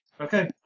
Okay